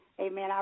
Amen